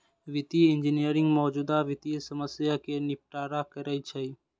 वित्तीय इंजीनियरिंग मौजूदा वित्तीय समस्या कें निपटारा करै छै